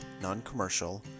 non-commercial